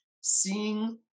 seeing